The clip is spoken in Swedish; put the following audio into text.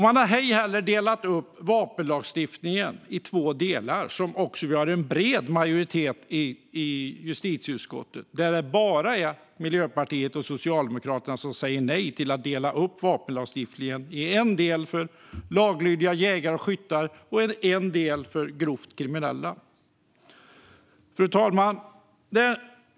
Man har inte delat upp vapenlagstiftningen i två delar, vilket vi har en bred majoritet för i justitieutskottet. Det är bara Miljöpartiet och Socialdemokraterna som säger nej till att dela upp vapenlagstiftningen i en del för lagliga jägare och skyttar och en del för grovt kriminella. Fru talman!